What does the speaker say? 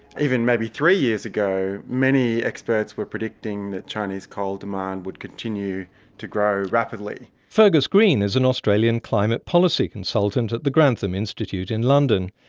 even maybe three years ago many experts were predicting that china's coal demand would continue to grow rapidly. fergus green is an australian climate policy consultant at the grantham institute in london.